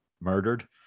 murdered